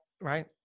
right